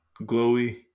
glowy